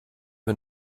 mir